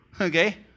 Okay